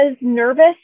nervous